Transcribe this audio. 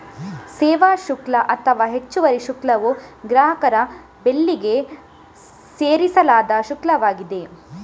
ಸೇವಾ ಶುಲ್ಕ ಅಥವಾ ಹೆಚ್ಚುವರಿ ಶುಲ್ಕವು ಗ್ರಾಹಕರ ಬಿಲ್ಲಿಗೆ ಸೇರಿಸಲಾದ ಶುಲ್ಕವಾಗಿದೆ